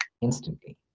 instantly